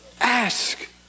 ask